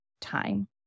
time